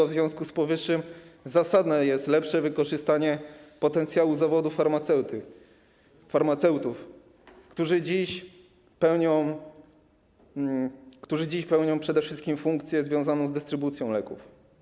W związku z powyższym zasadne jest lepsze wykorzystanie potencjału zawodu farmaceuty, farmaceutów, którzy dziś pełnią przede wszystkim funkcję związaną z dystrybucją leków.